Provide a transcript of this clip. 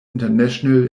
international